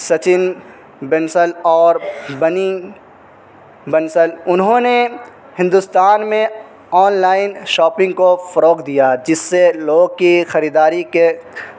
سچن بنسل اور بنی بنسل انہوں نے ہندوستان میں آنلائن شاپنگ کو فروغ دیا جس سے لوگ کی خریداری کے